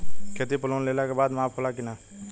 खेती पर लोन लेला के बाद माफ़ होला की ना?